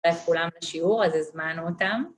תודה לכולם לשיעור, איזה זמן אותם.